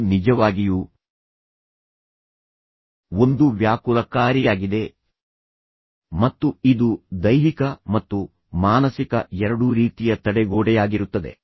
ಇದು ನಿಜವಾಗಿಯೂ ಒಂದು ವ್ಯಾಕುಲಕಾರಿಯಾಗಿದೆ ಮತ್ತು ಇದು ದೈಹಿಕ ಮತ್ತು ಮಾನಸಿಕ ಎರಡೂ ರೀತಿಯ ತಡೆಗೋಡೆಯಾಗಿರುತ್ತದೆ